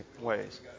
ways